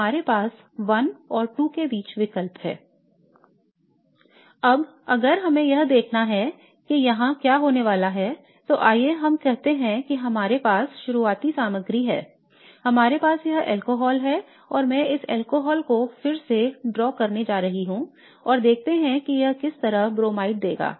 इसलिए हमारे पास I और II के बीच विकल्प है I इसलिए अब अगर हमें यह देखना है कि यहां क्या होने वाला है तो आइए हम कहते हैं कि हमारे पास शुरुआती सामग्री है हमारे पास यह अल्कोहल है और मैं इस अल्कोहल को फिर से ड्रा करने जा रहा हूं और देखते हैं कि यह किस तरह का ब्रोमाइड देगा